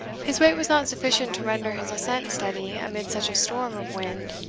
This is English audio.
his weight was not sufficient to render his ascent steady amid such a storm of wind,